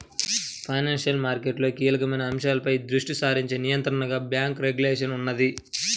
financial మార్కెట్లలో కీలకమైన అంశాలపై దృష్టి సారించే నియంత్రణగా బ్యేంకు రెగ్యులేషన్ ఉన్నది